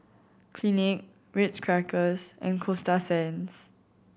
Clinique Ritz Crackers and Coasta Sands